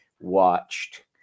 watched